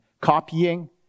copying